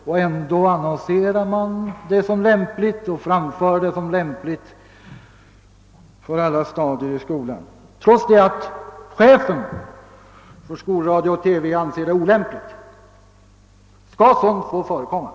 Och ändå anser man det som lämpligt, och man framför det såsom lämpligt för alla stadier i skolan — trots att chefen för skolradion och TV anser det olämpligt! Skall sådant få förekomma?